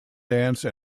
dance